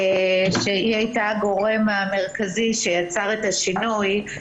שהיא הייתה הגורם המרכזי שיצר את השינוי.